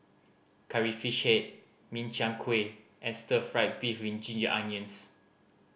Curry Fish Head Min Chiang Kueh and stir fried beef with ginger onions